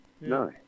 No